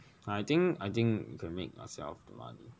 I think I think can make ourselves the money